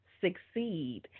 succeed